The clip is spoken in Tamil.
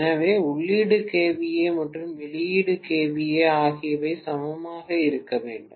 எனவே உள்ளீடு kVA மற்றும் வெளியீடு kVA ஆகியவை சமமாக இருக்க வேண்டும்